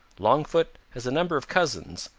longfoot has a number of cousins,